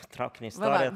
traukinio istorija